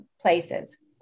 places